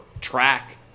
track